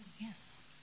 Yes